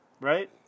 right